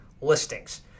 listings